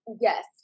Yes